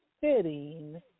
fitting